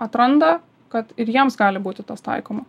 atranda kad ir jiems gali būti tas taikoma